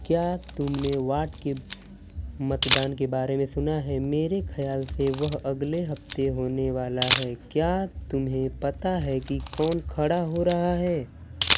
क्या तुमने वॉर्ड के मतदान के बारे में सुना है मेरे ख़्याल से वह अगले हफ़्ते होनेवाला है क्या तुम्हें पता है कि कौन खड़ा हो रहा है